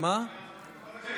אפשר לענות?